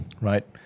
right